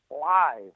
live